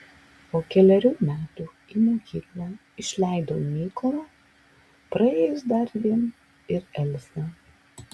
po kelerių metų į mokyklą išleidau mykolą praėjus dar dvejiems ir elzę